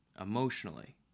emotionally